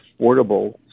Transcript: affordable